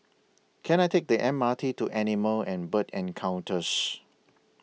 Can I Take The M R T to Animal and Bird Encounters